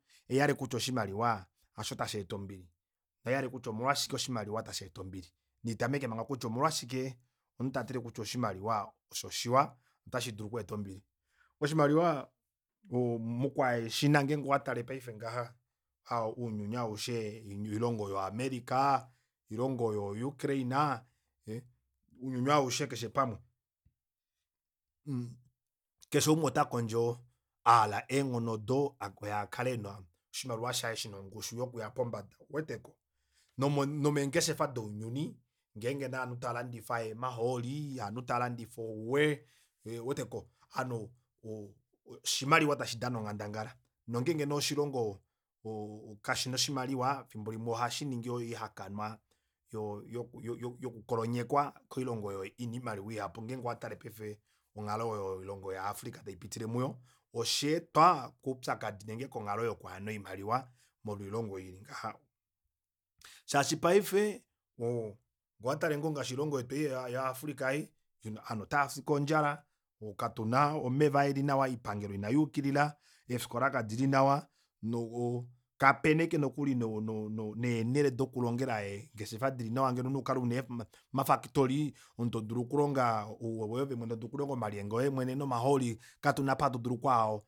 Shahala kutya oshimaliwa hasho tasheeta ombili nohaihale kutya omolwashi oshimaliwa tasheeta ombili nandi tameke manga kutya omolwashike omunhu tatile kutya oshimaliwa osho oshiwa ota shidulu okweeta ombili oshimaliwa mokwaaheshina ngeenge owatale paife ngaha ounyuni aushe oilongo yoo america oilongo yoo ukraine yee ounyuni aushe keshe pamwe mhh keshe umwe ota kondjo ahala eenghono odo oye akale ena oshimaliwa shaye shina ongushu yokuya pombada ouweteko nomo nomeengeshefa dounyuni ngeenge nee ovanhu tava landifa eemahooli ovanhu tava landifa ouwee ouweteko ovanhu o- o- oshimaliwa tashi dana onghandangala nongeenge nee oshilongo kashina oshimaliwa efimbo limwe ohashiningi oihakanwa yo- yo yoku kolonyekwa koilongo oyo ina oimaliwa ihapu ngeenge owatale paife onghalo oyo yoilongo ya africa taipitile muyo sheetwa koupyakadi nenge konghalo yoku hena oimaliwa molwo ilongo ili ngaha shaashi paife oo ngee owatale ngoo ngaashi oilongo yetu ya africa ei ovanhu otavafi kondjala katuna omeva eli nawa oipangelo ina yuukilila eefikola kadili nawa no kapena aike nokuli no- no neenele dokulongela eengeshefa dili nawa ngeno omunhu todulu okukala una oma factory omunhu todulu okulonga ouwe voye mwene todulu okulonga omalyenge oye mwene nomahooli katuna apa atudulu okwaa